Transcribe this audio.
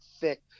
thick